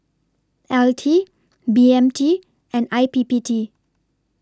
L T B M T and I P P T